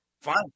fine